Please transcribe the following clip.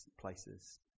places